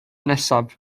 nesaf